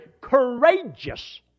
courageous